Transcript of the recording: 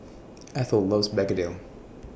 Ethyl loves Begedil